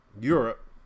Europe